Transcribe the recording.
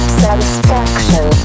satisfaction